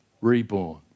reborn